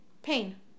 Pain